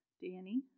Danny